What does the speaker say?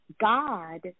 God